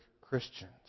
Christians